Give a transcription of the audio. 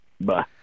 bye